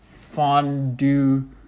Fondue